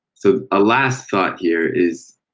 so a last thought here is,